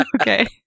Okay